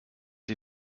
die